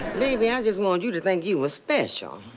baby, i just wanted you to think you was special.